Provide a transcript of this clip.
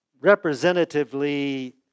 representatively